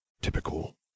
Typical